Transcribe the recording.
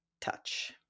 touch